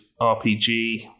RPG